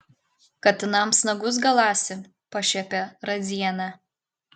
katinams nagus galąsi pašiepė radzienę